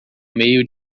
meio